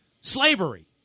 slavery